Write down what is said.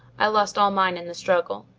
i lost all mine in the struggle.